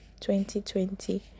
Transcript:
2020